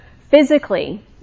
physically